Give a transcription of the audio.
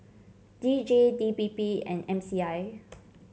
D J D P P and M C I